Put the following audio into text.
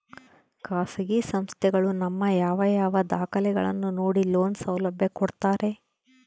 ಖಾಸಗಿ ಸಂಸ್ಥೆಗಳು ನಮ್ಮ ಯಾವ ಯಾವ ದಾಖಲೆಗಳನ್ನು ನೋಡಿ ಲೋನ್ ಸೌಲಭ್ಯ ಕೊಡ್ತಾರೆ?